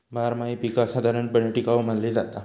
बारमाही पीका साधारणपणे टिकाऊ मानली जाता